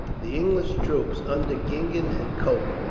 the english troops, under gingen and cope,